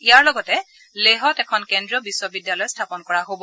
ইয়াৰ লগতে লেহত এখন কেন্দ্ৰীয় বিশ্ববিদ্যালয় স্থাপন কৰা হব